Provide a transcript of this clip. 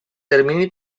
termini